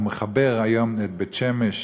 אבל הוא מחבר היום את בית-שמש,